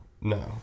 no